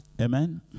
Amen